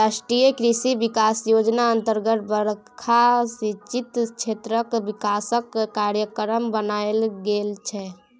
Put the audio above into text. राष्ट्रीय कृषि बिकास योजना अतर्गत बरखा सिंचित क्षेत्रक बिकासक कार्यक्रम बनाएल गेल छै